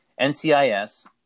NCIS